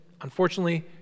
unfortunately